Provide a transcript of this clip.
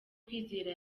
kwizera